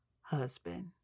husband